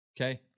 Okay